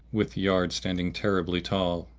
with yard standing terribly tall.